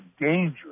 dangerous